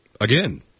Again